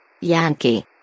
Yankee